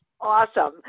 Awesome